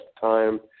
time